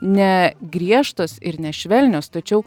ne griežtos ir nešvelnios tačiau